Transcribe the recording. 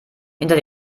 hinter